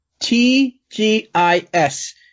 T-G-I-S